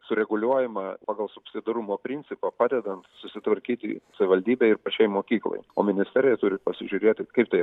sureguliuojama pagal subsidiarumo principą padedant susitvarkyti savivaldybei ir pačiai mokyklai o ministerija turi pasižiūrėti kaip tai